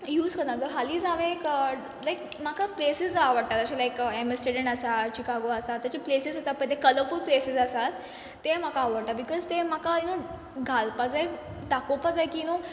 use करता जो हालींच हांवें एक लायक म्हाका प्लेसीस आवडटात अशें लायक एमस्ट्रेडंट आसा चिकागो आसा तेचे प्लेसीस आसा पय ते कलफूल प्लेसीस आसात ते म्हाका आवडटा बिकज ते म्हाका यू नो घालपा जाय दाखोवपा जाय की यू नो